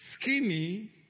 skinny